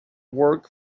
work